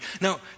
Now